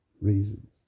reasons